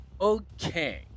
Okay